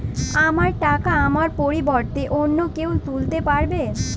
আমার টাকা আমার পরিবর্তে অন্য কেউ তুলতে পারবে?